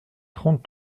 trente